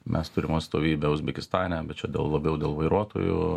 mes turim atstovybę uzbekistane bet čia dėl labiau dėl vairuotojų